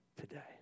today